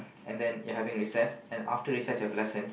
and then you're having recess and after recess you have lessons